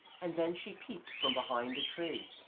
and then she peeped from behind a tree.